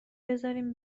بذارین